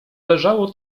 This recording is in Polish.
leżało